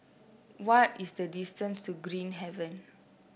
what is the distance to Green Haven